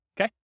okay